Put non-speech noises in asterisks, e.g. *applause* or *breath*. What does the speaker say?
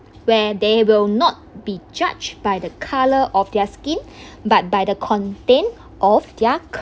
where they will not be judged by the colour of their skin *breath* but by the content of their